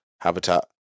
habitat